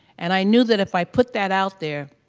and i knew that if i put that out there,